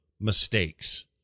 mistakes